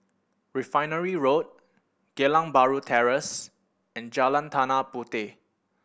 Refinery Road Geylang Bahru Terrace and Jalan Tanah Puteh